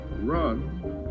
run